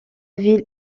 ville